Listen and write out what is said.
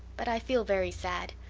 but i feel very sad.